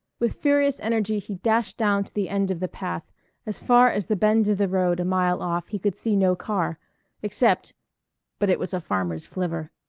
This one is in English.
with furious energy he dashed down to the end of the path as far as the bend of the road a mile off he could see no car except but it was a farmer's flivver.